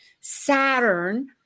Saturn –